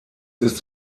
ist